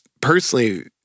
personally